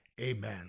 Amen